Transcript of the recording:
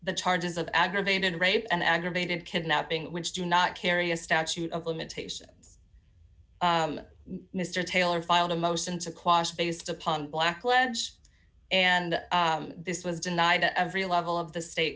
the charges of aggravated rape and aggravated kidnapping which do not carry a statute of limitations mr taylor filed a motion to quash based upon blackledge and this was denied to every level of the state